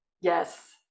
Yes